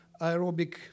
aerobic